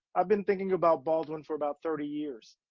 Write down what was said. i've been thinking about baldwin for about thirty years.